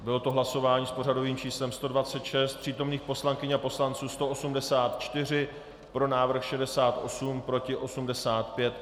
Bylo to hlasování s pořadovým číslem 126, přítomných poslankyň a poslanců 184, pro návrh 68, proti 85.